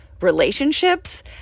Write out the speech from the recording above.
relationships